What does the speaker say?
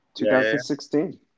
2016